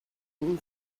and